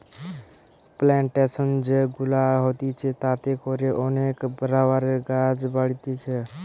plantation যে গুলা হতিছে তাতে করে অনেক রাবারের গাছ বাড়তিছে